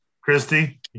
Christy